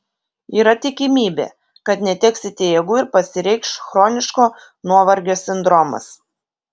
yra tikimybė kad neteksite jėgų ir pasireikš chroniško nuovargio sindromas